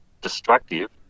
destructive